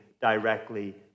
directly